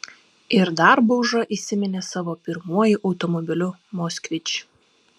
ir dar bauža įsiminė savo pirmuoju automobiliu moskvič